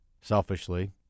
selfishly